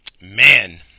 Man